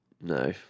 no